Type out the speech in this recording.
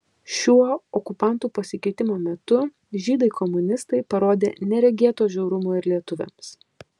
šiuo okupantų pasikeitimo metu žydai komunistai parodė neregėto žiaurumo ir lietuviams